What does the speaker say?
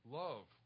love